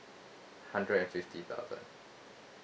hundred and fifty thousand